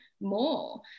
more